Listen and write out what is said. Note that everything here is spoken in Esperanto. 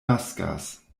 naskas